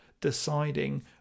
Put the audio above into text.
deciding